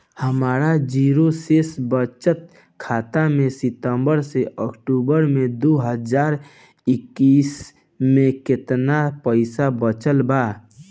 हमार जीरो शेष बचत खाता में सितंबर से अक्तूबर में दो हज़ार इक्कीस में केतना पइसा बचल बा?